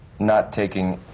not taking